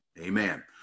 amen